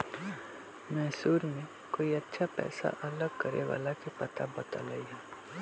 मैसूर में कोई अच्छा पैसा अलग करे वाला के पता बतल कई